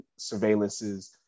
surveillances